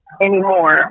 anymore